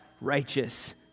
righteous